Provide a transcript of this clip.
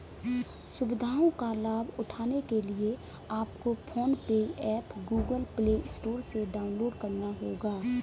सुविधाओं का लाभ उठाने के लिए आपको PhonePe app Google play store से डाउनलोड करना होगा